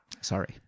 Sorry